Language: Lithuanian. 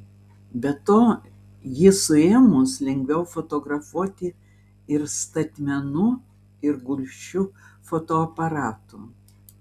be to jį suėmus lengviau fotografuoti ir statmenu ir gulsčiu fotoaparatu